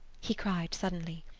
he cried suddenly.